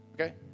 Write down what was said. okay